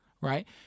Right